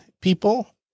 people